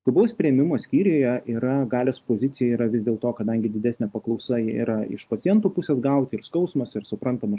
skubaus priėmimo skyriuje yra galios pozicija yra vis dėlto kadangi didesnė paklausa yra iš pacientų pusės gauti ir skausmas ir suprantama